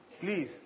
Please